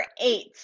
eight